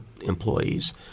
employees